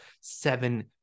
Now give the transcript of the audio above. seven